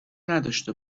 نداشته